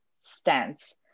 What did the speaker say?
stance